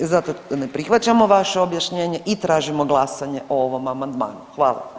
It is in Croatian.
Zato ne prihvaćamo vaše objašnjenje i tražimo glasanje o ovom amandmanu.